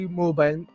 mobile